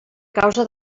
causa